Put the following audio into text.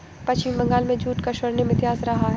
पश्चिम बंगाल में जूट का स्वर्णिम इतिहास रहा है